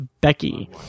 Becky